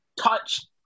touch